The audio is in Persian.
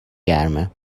گرمه